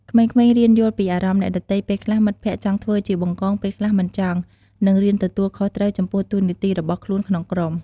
ក្មេងៗរៀនយល់ពីអារម្មណ៍អ្នកដទៃ ពេលខ្លះមិត្តភក្តិចង់ធ្វើជាបង្កង ពេលខ្លះមិនចង់ និងរៀនទទួលខុសត្រូវចំពោះតួនាទីរបស់ខ្លួនក្នុងក្រុម។